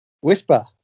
Whisper